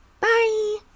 Bye